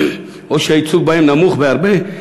או שהייצוג בהם נמוך בהרבה,